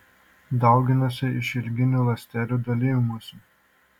dauginasi išilginiu ląstelių dalijimusi